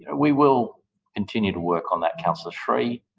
we will continue to work on that, councillor sri.